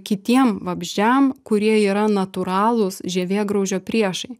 kitiem vabzdžiam kurie yra natūralūs žievėgraužio priešai